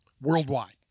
worldwide